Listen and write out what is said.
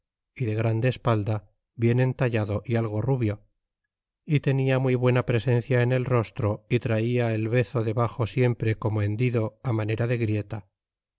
y de grande espalda bien entallado é algo rubio y tenia muy buena presencia en el rostro y traia el bezo debaxo siempre como hendido manera de grieta